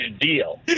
deal